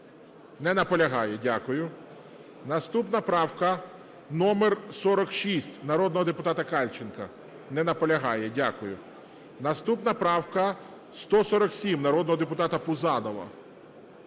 Не наполягає. Дякую. Наступна правка номер 46 народного депутата Кальченка. Не наполягає. Дякую. Наступна правка 147 народного депутата Пузанова.